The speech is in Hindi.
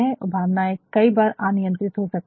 और भावनाएं कई बार अनियंत्रित हो सकती है